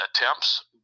attempts